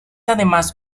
además